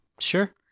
sure